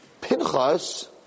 Pinchas